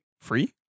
free